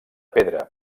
pedra